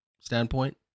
standpoint